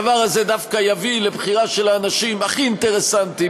הדבר הזה דווקא יביא לבחירה של האנשים הכי אינטרסנטים,